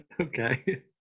Okay